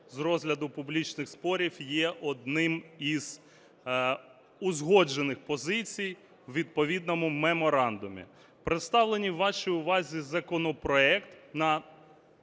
з розгляду публічних спорів є одним із узгоджених позицій у відповідному меморандумі. Представлений вашій увазі законопроект